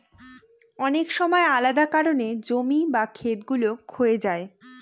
অনেক সময় আলাদা কারনে জমি বা খেত গুলো ক্ষয়ে যায়